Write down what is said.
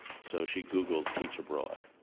so she googled teach abroad.